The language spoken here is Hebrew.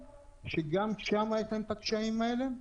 כאשר גם שם יש להם את הקשיים האלה,